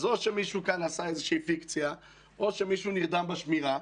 אז או שמישהו כאן עשה איזושהי פיקציה או שמישהו נרדם בשמירה,